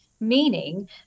meaning